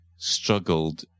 struggled